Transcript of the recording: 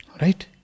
Right